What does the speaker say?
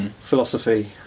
philosophy